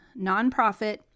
nonprofit